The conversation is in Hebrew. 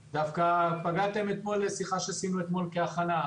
דווקא אתם נוגעים כעת בדברים שעלו אתמול בשיחת הכנה שערכנו.